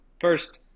First